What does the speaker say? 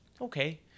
okay